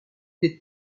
des